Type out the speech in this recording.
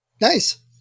Nice